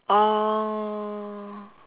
oh